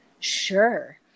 Sure